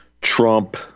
Trump